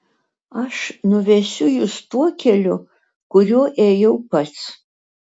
aš nuvesiu jus tuo keliu kuriuo ėjau pats